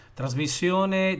trasmissione